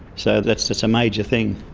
so that's that's a major thing.